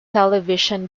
television